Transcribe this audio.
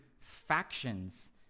factions